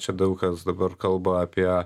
čia daug kas dabar kalba apie